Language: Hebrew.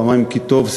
פעמיים כי טוב,